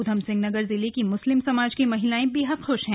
उधमसिंह नगर जिले की मुस्लिम समाज की महिलाएं बेहद खुश हैं